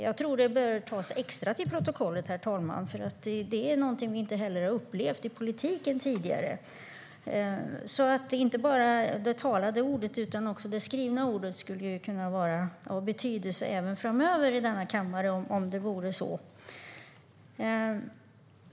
Jag tror att det behöver tas extra till protokollet, herr talman, så att vi inte bara har det talade ordet utan också det skrivna, för det är någonting vi inte har upplevt i politiken tidigare. Det skulle kunna vara av betydelse även framöver i denna kammare om det vore så.